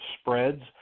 spreads